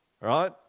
right